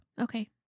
Okay